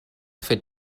fet